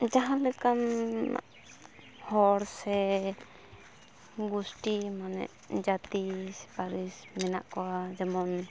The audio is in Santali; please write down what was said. ᱡᱟᱦᱟᱞᱮᱠᱟᱱ ᱦᱚᱲ ᱥᱮ ᱜᱩᱥᱴᱤ ᱢᱟᱱᱮ ᱡᱟᱹᱛᱤ ᱯᱟᱹᱨᱤᱥ ᱢᱮᱱᱟᱜ ᱠᱚᱣᱟ ᱡᱮᱢᱚᱱ